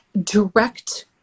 direct